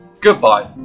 Goodbye